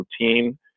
routine